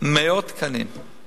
מאות תקנים.